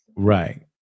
Right